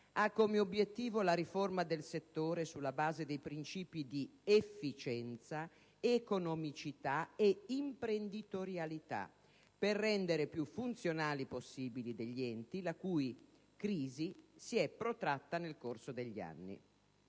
ha come obiettivo la riforma del settore sulla base dei principi di efficienza, economicità e imprenditorialità, per rendere il più funzionale possibile degli enti la cui crisi si è protratta nel corso degli anni.